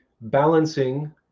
Balancing